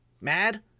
Mad